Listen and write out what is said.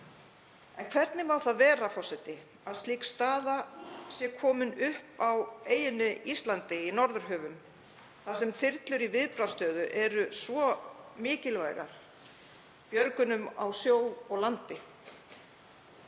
En hvernig má það vera, forseti, að slík staða sé komin upp á eyjunni Íslandi í Norðurhöfum þar sem þyrlur í viðbragðsstöðu eru svo mikilvægar björgunum á sjó og landi?